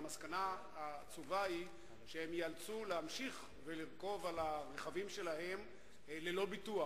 והמסקנה העצובה היא שהם ייאלצו להמשיך ולרכוב על הרכבים שלהם ללא ביטוח.